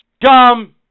Dumb